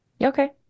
Okay